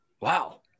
Wow